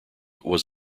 was